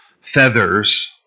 feathers